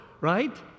right